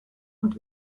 und